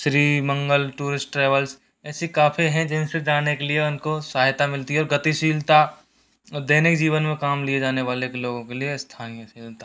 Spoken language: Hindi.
श्री मंगल टूरिस्ट ट्रैवल्स ऐसी काफ़ी हैं जिनसे जाने के लिए उनको सहायता मिलती है और गतिशीलता और दैनिक जीवन में काम लिए जाने वाले लोगों के लिए स्थानीय सुविधा